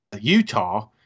Utah